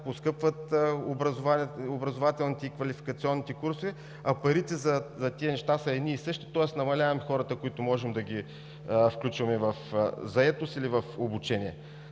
поскъпват образователните и квалификационните курсове, а парите за тези неща са едни и същи, тоест намаляваме хората, които можем да включваме в заетост или в обучение?